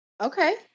Okay